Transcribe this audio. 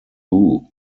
who